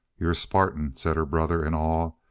you're a spartan, said her brother in awe,